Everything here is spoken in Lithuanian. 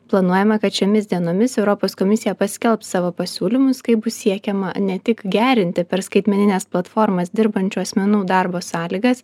planuojama kad šiomis dienomis europos komisija paskelbs savo pasiūlymus kaip bus siekiama ne tik gerinti per skaitmenines platformas dirbančių asmenų darbo sąlygas